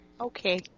Okay